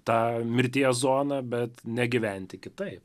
tą mirties zoną bet ne gyventi kitaip